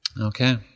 okay